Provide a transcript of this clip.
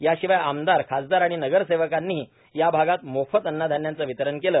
याशिवाय आमदार खासदार आणि नगरसेवकांनीही या भागात मोफत अन्नधान्याचं वितरण केलं